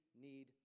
need